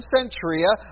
Centuria